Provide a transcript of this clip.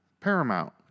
Paramount